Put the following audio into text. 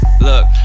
look